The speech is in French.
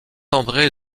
andré